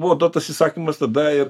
buvo duotas įsakymas tada ir